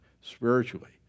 spiritually